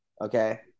okay